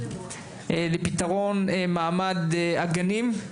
לפתרון מעמד הגנים,